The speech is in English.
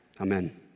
amen